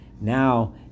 Now